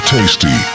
Tasty